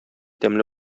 тәмле